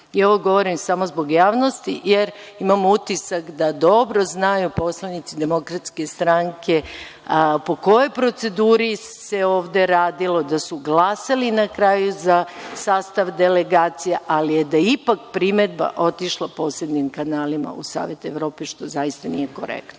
ovo govorim samo zbog javnosti, jer imam utisak da dobro znaju poslanici DS po kojoj proceduri se ovde radilo, da su glasali na kraju za sastav delegacija, ali da je ipak primedba otišla posebnim kanalima u Savet Evrope, što zaista nije korektno.